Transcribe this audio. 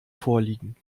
vorliegen